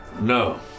No